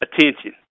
attention